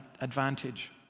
advantage